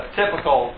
typical